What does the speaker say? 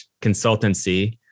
consultancy